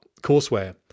courseware